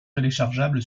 téléchargeable